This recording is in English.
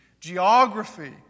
geography